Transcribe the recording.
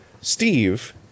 Steve